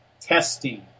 testing